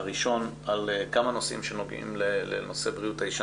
הראשון על כמה נושאים שנוגעים לבריאות האשה,